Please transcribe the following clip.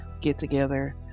get-together